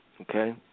okay